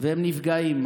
והם נפגעים.